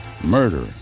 Murder